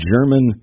German